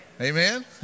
Amen